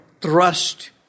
thrust